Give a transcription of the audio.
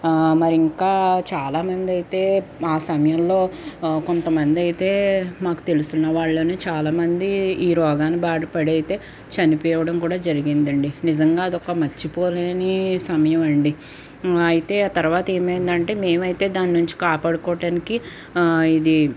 మరి ఇంకా చాలా మంది అయితే ఆ సమయంలో కొంతమందైతే మాకు తెలుసున్నవాళ్ళును చాలా మంది ఈ రోగాన భారిన పడి అయితే చనిపోవడం కూడా జరిగిందండి నిజంగా అది మర్చిపోని సమయం అండీ అయితే తర్వాత ఏమైంది అంటే మేమైతే దాని నుంచి కాపాడుకోవటానికి ఇది